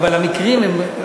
המקרים.